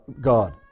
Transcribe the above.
God